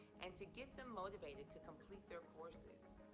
and to get them motivated to complete their courses.